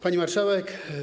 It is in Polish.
Pani Marszałek!